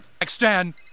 Extend